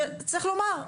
שצריך לומר,